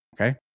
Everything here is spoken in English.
okay